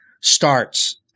starts